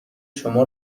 شما